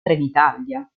trenitalia